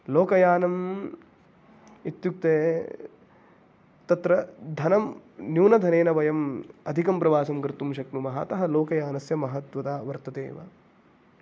लोकयानम् इत्युक्ते तत्र धनं न्यूनधनेन वयम् अधिकं प्रवासं कर्तुं शक्नुमः अतः लोकयानस्य महत्त्वता वर्तते एव